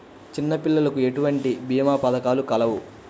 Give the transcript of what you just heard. చిన్నపిల్లలకు ఎటువంటి భీమా పథకాలు కలవు?